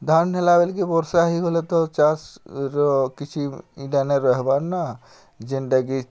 ଧାନ୍ ହେଲା ବେଲ୍କେ ବର୍ଷା ହେଇଗଲେ ତ ଚାଷ୍ର କିଛି ଇଟା ନାଇ ରହେବାର୍ ନା ଯେନ୍ଟାକି